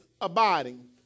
abiding